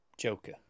joker